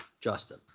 Justin